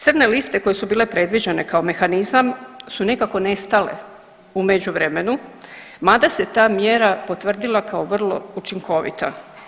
Crne liste koje su bile predviđene kao mehanizam su nekako nestale u međuvremenu, mada se ta mjera potvrdila kao vrlo učinkovita.